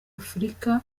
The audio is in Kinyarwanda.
afurika